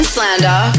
Slander